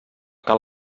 cal